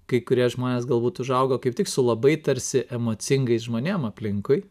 kai kurie žmonės galbūt užaugo kaip tik su labai tarsi emocingais žmonėm aplinkui